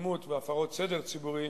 האלימות והפרות הסדר הציבורי